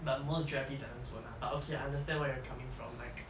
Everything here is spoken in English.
but most J_Y_P talents won't lah but okay understand where you're coming from like